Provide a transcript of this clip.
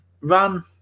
run